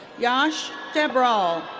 yash dabral.